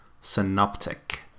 Synoptic